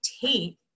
take